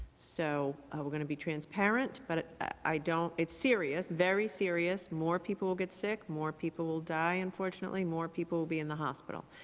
so we're going to be transparent, but i don't it's serious, very serious, more people will get sick, more people will die unfortunately, more people will be in the hospital.